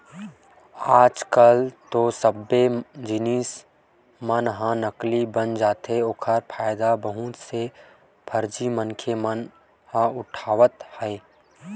आज कल तो सब्बे जिनिस मन ह नकली बन जाथे ओखरे फायदा बहुत से फरजी मनखे मन ह उठावत हे